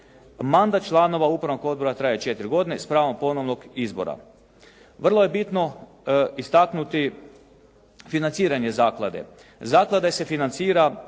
Mandat članova upravnog odbora traje 4 godine s pravom ponovnog izbora. Vrlo je bitno istaknuti financiranje zaklade. Zaklada se financira